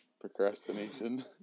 Procrastination